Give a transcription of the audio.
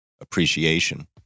appreciation